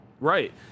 right